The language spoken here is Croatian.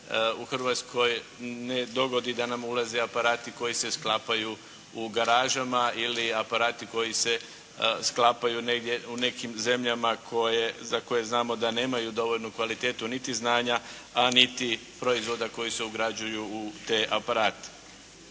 u Hrvatskoj ne dogodi da nam ulaze aparati koji se sklapaju u garažama ili aparati koji se sklapaju negdje u nekim zemljama za koje znamo da nemaju dovoljnu kvalitetu niti znanja, a niti proizvoda koji se ugrađuju u te aparate.